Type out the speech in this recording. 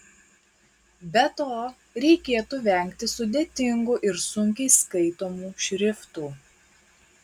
be to reikėtų vengti sudėtingų ir sunkiai skaitomų šriftų